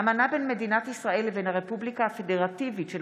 אמנה בין מדינת ישראל לבין הרפובליקה הפדרטיבית של